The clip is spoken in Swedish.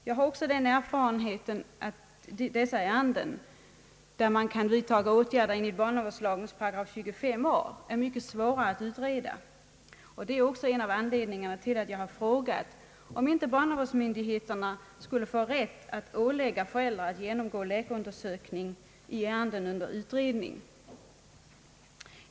Jag har också den erfarenheten att de ärenden, där man kan vidta åtgärder enligt barnavårdslagens 25 § mom. a, är mycket svåra att utreda. Det är också en av anledningarna till att jag har frågat om inte barnavårdsmyndigheterna skulle få rätt att ålägga föräldrar att genomgå läkarundersökning i ärenden under utredning.